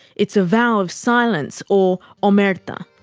it's a vow of silence, or omerta.